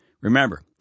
Remember